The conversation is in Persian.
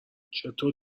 چطور